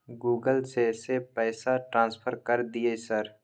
Google से से पैसा ट्रांसफर कर दिय सर?